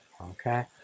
okay